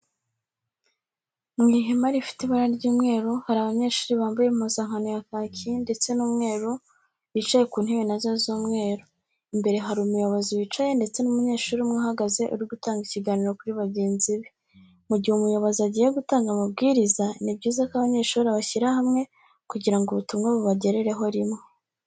Mu ihema rifite ibara ry'umweru, hari abanyeshuri bambaye impuzankano ya kaki ndetse n'umweru bicaye ku ntebe na zo z'umweru. Imbere hari umuyobozi wicaye ndetse n'umunyeshuri umwe uhagaze uri gutanga ikiganiro kuri bagenzi be. Mu gihe umuyobozi agiye gutanga amabwiriza ni byiza ko abanyeshuri abashyira hamwe kugira ngo ubutumwa bubagerereho rimwe.